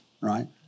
right